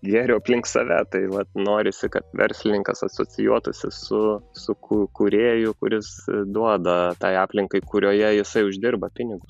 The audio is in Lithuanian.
gėrio aplink save tai vat norisi kad verslininkas asocijuotųsi su su kū kūrėju kuris duoda tai aplinkai kurioje jisai uždirba pinigus